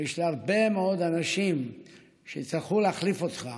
ולהרבה מאוד אנשים שיצטרכו להחליף אותך